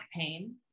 pain